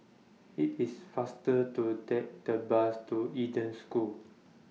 IT IS faster to Take The Bus to Eden School